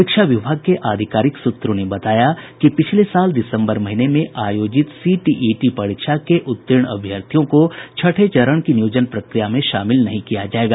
शिक्षा विभाग के आधिकारिक सूत्रों ने बताया कि पिछले साल दिसम्बर महीने में आयोजित सीटीईटी परीक्षा के उत्तीर्ण अभ्यर्थियों को छठे चरण की नियोजन प्रक्रिया में शामिल नहीं किया जायेगा